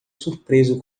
surpreso